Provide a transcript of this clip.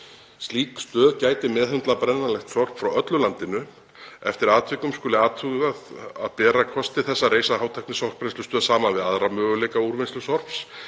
Slík stöð gæti meðhöndlað brennanlegt sorp frá landinu öllu. Eftir atvikum skuli athugað að bera kosti þess að reisa hátæknisorpbrennslustöð saman við aðra möguleika á úrvinnslu sorps.